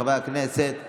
חברי הכנסת טוב,